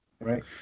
Right